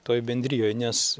toj bendrijoj nes